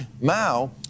Mao